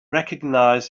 recognize